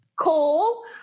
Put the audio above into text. Cool